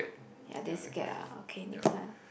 ya they scared ah okay next one